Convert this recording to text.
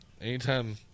Anytime